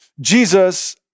Jesus